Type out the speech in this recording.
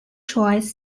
choice